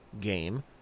game